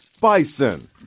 bison